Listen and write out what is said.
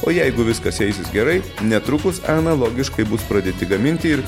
o jeigu viskas eisis gerai netrukus analogiškai bus pradėti gaminti ir